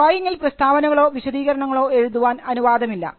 ഡ്രോയിങിൽ പ്രസ്താവനകളോ വിശദീകരണങ്ങളോ എഴുതാൻ അനുവാദമില്ല